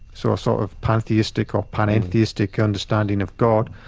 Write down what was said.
so a sort of pantheistic or panentheistic understanding of god,